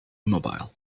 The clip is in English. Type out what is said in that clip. immobile